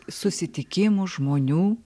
susitikimų žmonių